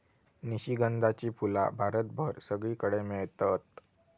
निशिगंधाची फुला भारतभर सगळीकडे मेळतत